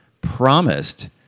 promised